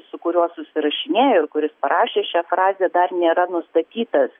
su kuriuo susirašinėjo ir kuris parašė šią frazę dar nėra nustatytas